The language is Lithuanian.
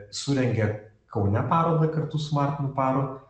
surengia kaune parodą kartu su martinu paru